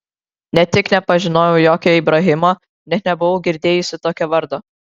ne tik nepažinojau jokio ibrahimo net nebuvau girdėjusi tokio vardo